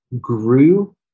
grew